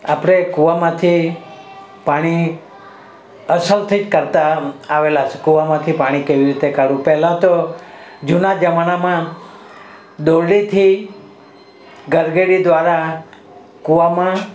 આપણે કૂવામાંથી પાણી અસલથી જ કાઢતાં આવેલાં છે કૂવામાંથી પાણી કેવી રીતે કાઢવું પહેલાં તો જૂના જમાનામાં દોરડીથી ગરગડી દ્વારા કૂવામાં